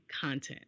content